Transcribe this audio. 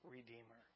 Redeemer